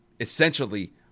essentially